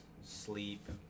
sleep